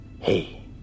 Hey